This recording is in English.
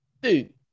Dude